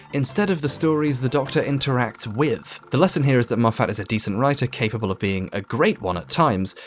instead of the stories the doctor interacts with, the lesson here is that moffat is a decent writer capable of being a great one at times,